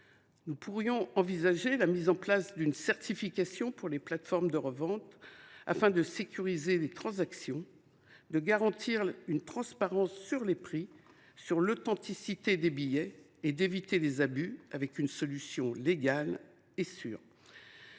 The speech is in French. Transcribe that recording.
Nous pourrions envisager la mise en place d’une certification pour les plateformes de revente afin de sécuriser les transactions, de garantir la transparence des prix et l’authenticité des billets. Une solution légale et sûre